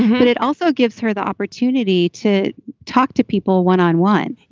but it also gives her the opportunity to talk to people one on one.